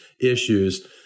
issues